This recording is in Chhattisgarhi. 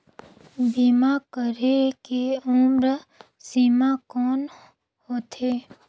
बीमा करे के उम्र सीमा कौन होथे?